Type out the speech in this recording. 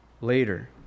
later